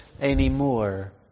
anymore